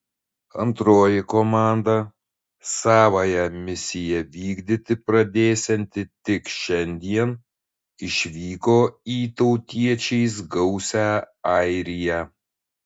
antroji komanda savąją misiją vykdyti pradėsianti tik šiandien išvyko į tautiečiais gausią airiją